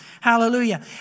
Hallelujah